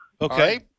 Okay